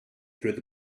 through